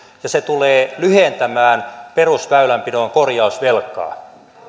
ja se tulee lyhentämään perusväylänpidon korjausvelkaa